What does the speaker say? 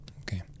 Okay